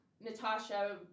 Natasha